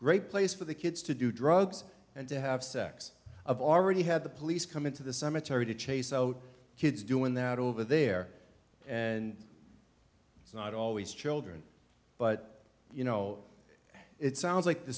great place for the kids to do drugs and to have sex of already had the police come into the cemetery to chase out kids doing that over there and it's not always children but you know it sounds like the